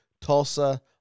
Tulsa